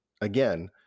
again